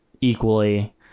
equally